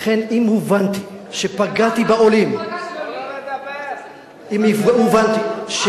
לכן, אם הובנתי שפגעתי בעולים, למה דווקא למפלגה